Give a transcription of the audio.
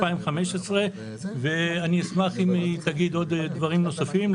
2015. אני אשמח אם היא תגיד עוד דברים נוספים.